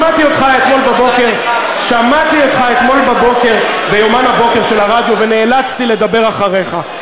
שמעתי אותך אתמול בבוקר ביומן הבוקר של הרדיו ונאלצתי לדבר אחריך.